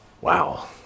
Wow